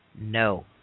no